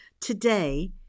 Today